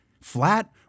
Flat